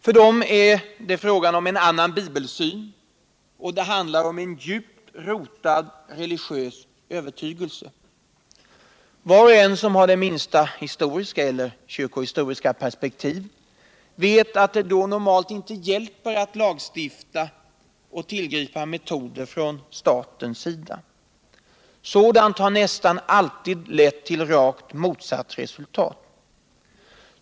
För dem är det frågan om en annan bibelsyn. Det handlar om en djupt rotad religiös övertygelse. Var och en som har det minsta historiska eller kyrkohistoriska perspektiv vet att det då normalt inte hjälper att lagstifta och tillgripa metoder från statens sida. Sådant har nästan alltid lett vill rakt motsatt resultat.